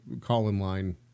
call-in-line